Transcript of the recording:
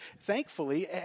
thankfully